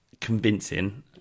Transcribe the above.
convincing